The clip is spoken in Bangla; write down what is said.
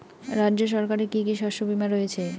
রাজ্য সরকারের কি কি শস্য বিমা রয়েছে?